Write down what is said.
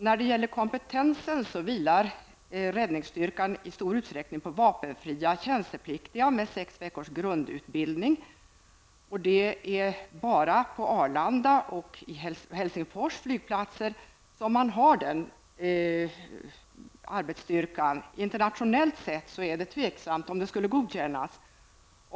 När det gäller kompetensen kan nämnas att räddningsstyrkan i stor utsträckning bygger på vapenfria tjänstepliktiga med sex veckors grundutbildning. Det är bara på Arlanda och Helsingfors flygplatser som man har sådana arbetsstyrkor. Internationellt är det tveksamt om det skulle godkännas.